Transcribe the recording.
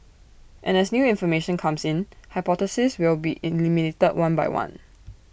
and as new information comes in hypotheses will be eliminated one by one